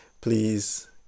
please